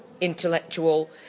intellectual